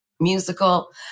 musical